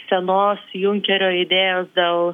senos junkerio idėjos dėl